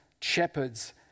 shepherds